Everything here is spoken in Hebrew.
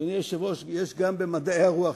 אדוני היושב-ראש, יש גם מדענים במדעי הרוח.